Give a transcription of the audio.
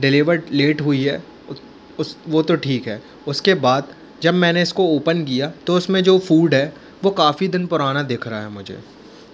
delivered late हुई है वो तो ठीक है उसके बाद जब मैंने इसको ओपन किया तो इसमें जो फूड है वो काफ़ी दिन पुराना दिख रहा है मुझे